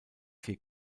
vier